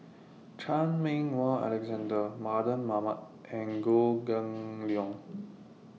Chan Meng Wah Alexander Mardan Mamat and Goh Kheng Long